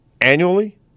Annually